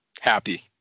happy